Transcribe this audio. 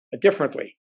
differently